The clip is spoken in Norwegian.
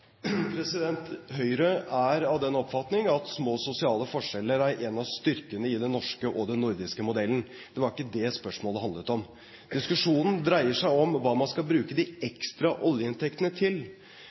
en av styrkene i den norske og den nordiske modellen. Det var ikke det spørsmålet handlet om. Diskusjonen dreier seg om hva man skal bruke de